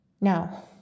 Now